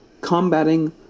combating